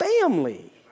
family